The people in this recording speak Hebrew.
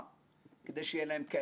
והם לא הצליחו.